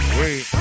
wait